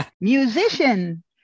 Musician